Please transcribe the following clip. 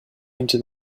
into